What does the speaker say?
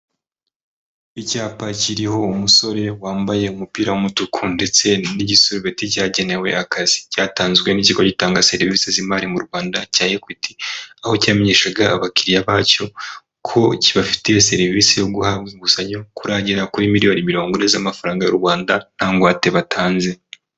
Icyapa kiriho umusore wambaye umupira w'umutuku ndetse n'igisurubeti cyagenewe akazi, cyatanzwe n'ikigo gitanga serivisi z'imari mu Rwanda cya Ekwiti, aho cyamenyeshaga abakiririya bacyo ko kibafitiye serivisi yo guhabwa inguzanyo kurangirira kuri miliyoni mirongo ine z'amafaranga y'u Rwanda nta ngwate batanze.